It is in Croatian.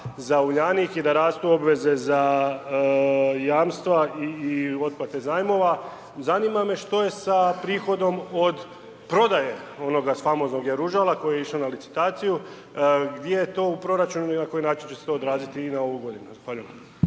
za Uljanik i da rastu obveze za jamstva i otplate zajmova, zanima me što je sa prihodom od prodaje onoga famoznog Jaružala koje je išao na licitaciju? Gdje je to u proračunu i na koji način će se to odraziti i na ovu godinu? Zahvaljujem.